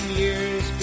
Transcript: years